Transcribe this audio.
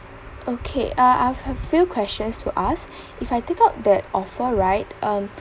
okay uh I have a few questions to ask if I take out that offer right um